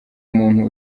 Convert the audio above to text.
umuntu